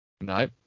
No